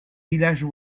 villages